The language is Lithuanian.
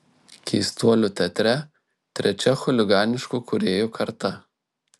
keistuolių teatre trečia chuliganiškų kūrėjų karta